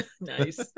nice